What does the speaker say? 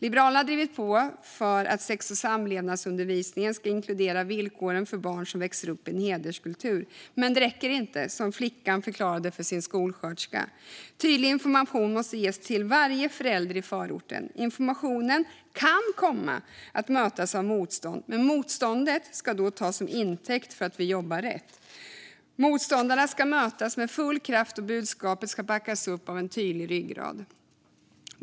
Liberalerna har drivit på för att sex och samlevnadsundervisningen ska inkludera villkoren för barn som växer upp i en hederskultur. Men det räcker inte, som flickan förklarade för sin skolsköterska. Tydlig information måste ges till varje förälder i förorten. Informationen kan komma att mötas av motstånd, men motståndet ska då tas till intäkt för att vi jobbar rätt. Motståndarna ska mötas med full kraft, och budskapet ska backas upp av en tydlig ryggrad.